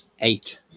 eight